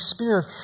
Spirit